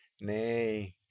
nay